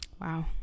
Wow